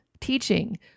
teaching